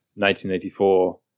1984